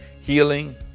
Healing